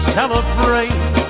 celebrate